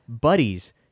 buddies